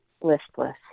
listless